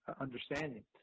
understanding